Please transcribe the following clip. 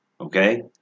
okay